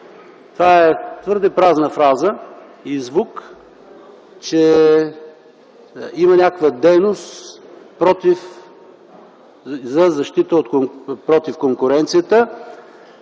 това е твърде празна фраза и звук, че има някаква дейност за защита на конкуренцията.